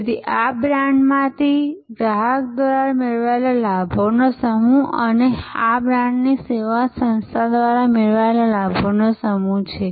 તેથી આ બ્રાન્ડમાંથી ગ્રાહક દ્વારા મેળવેલા લાભોનો સમૂહ છે અને આ બ્રાન્ડમાંથી સેવા સંસ્થા દ્વારા મેળવેલા લાભોનો સમૂહ છે